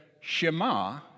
Shema